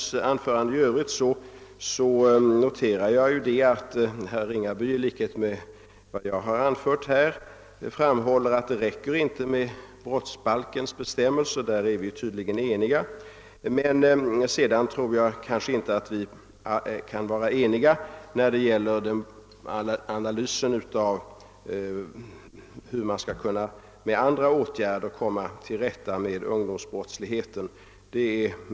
Sedan noterade jag också att herr Ringaby liksom jag framhöll att det inte räcker med brottsbalkens bestämmelser. Där är vi tydligen eniga. Men när det gäller analysen av hur vi skall kunna med andra åtgärder komma till rätta med ungdomsbrottsligheten tror jag inte att vi är särskilt ense.